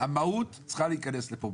המהות צריכה להיכנס לפה.